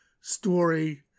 story